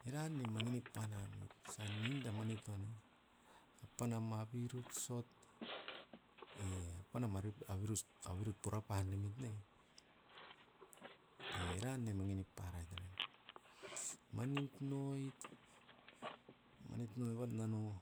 Eran ni mangi nip panao sa da mani tunai, apana mabiru sot e panama abirus, abuuru pura panemit, eran e mangi nip paraet ne. Manit noit, manit noi evat nanoa